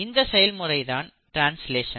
இந்த செயல்முறை தான் ட்ரான்ஸ்லேஷன்